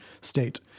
state